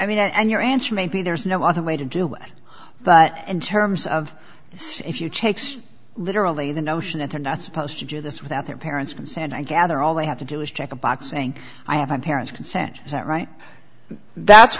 mean and your answer may be there's no other way to do but in terms of this if you take literally the notion that they're not supposed to do this without their parents consent i gather all they have to do is check a box saying i have my parents consent is that right that's